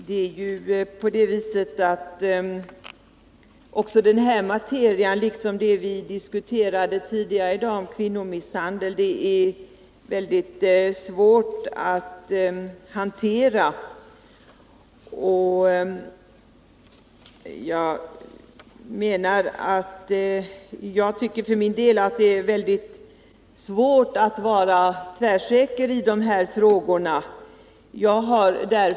Fru talman! Den här materian är, liksom det vi diskuterade tidigare i dag — kvinnomisshandel — mycket svår att hantera. Jag tycker för min del att det är svårt att vara tvärsäker i de här frågorna.